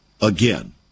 again